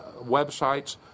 websites